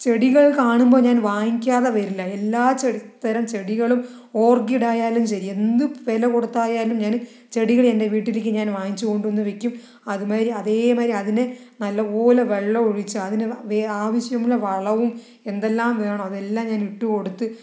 ചെടികൾ കാണുമ്പോൾ ഞാൻ വാങ്ങിക്കാതെ വരില്ല എല്ലാ ചെടി തരം ചെടികളും ഓർക്കിഡ് ആയാലും ശരി എന്ത് വില കൊടുത്താലും ഞാൻ ചെടികൾ എൻ്റെ വീട്ടിലേക്ക് ഞാൻ വാങ്ങിച്ച് കൊണ്ട് വന്ന് വയ്ക്കും അത് മാതിരി അതേ മാതിരി അതിനെ നല്ല പോലെ വെള്ളം ഒഴിച്ച് അതിന് ആവശ്യമുള്ള വളവും എന്തെല്ലാം വേണമോ അതെല്ലാം ഞാൻ ഇട്ട് കൊടുത്ത്